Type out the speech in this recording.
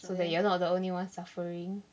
so that you are not the only one suffering